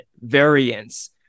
variants